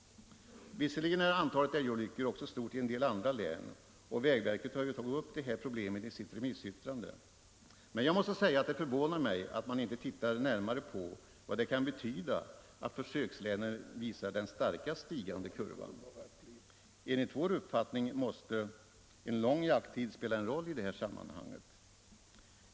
Visserligen är antalet älgolyckor också stort i en del andra län, och vägverket har ju tagit upp det här problemet i sitt remissyttrande, men jag måste säga att det förvånar mig att man inte tittat närmare på vad det kan betyda att försökslänen visar den starkast stigande kurvan. Enligt vår uppfattning måste en lång jakttid spela en roll i detta sammanhang.